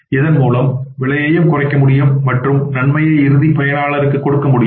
இதன் மூலம் விலையையும் குறைக்க முடியும் மற்றும் நன்மையை இறுதி பயனருக்கு கொடுக்க முடியும்